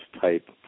type